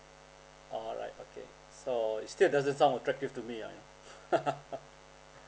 alright okay so it still doesn't sound attractive to me ah